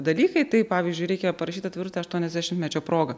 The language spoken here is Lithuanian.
dalykai tai pavyzdžiui reikia parašyt atvirutę aštuoniasdešimtmečio proga